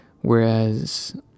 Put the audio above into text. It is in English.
whereas